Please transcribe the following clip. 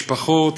משפחות